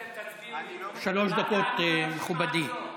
ואתם תצביעו, שלוש דקות, מכובדי.